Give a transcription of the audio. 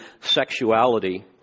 sexuality